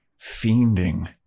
fiending